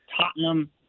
Tottenham